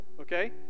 okay